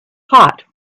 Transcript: hot